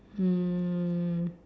um